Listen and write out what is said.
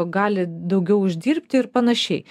gali daugiau uždirbti ir panašiai